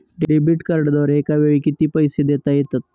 Debit कार्डद्वारे एकावेळी किती पैसे देता येतात?